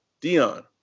Dion